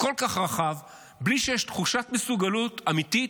כל כך רחב בלי שיש תחושת מסוגלות אמיתית,